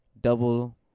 double